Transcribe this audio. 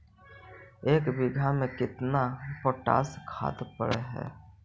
एक बिघा में केतना पोटास खाद पड़ है?